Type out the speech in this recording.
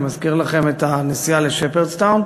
אני מזכיר לכם את הנסיעה לשפרדסטאון,